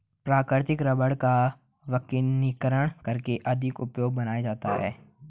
प्राकृतिक रबड़ का वल्कनीकरण करके अधिक उपयोगी बनाया जाता है